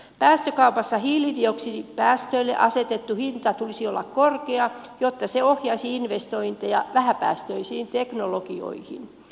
päästökaupassa hiilidioksidipäästöille asetetun hinnan tulisi olla korkea jotta se ohjaisi investointeja vähäpäästöisiin teknologioihin